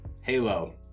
Halo